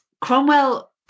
Cromwell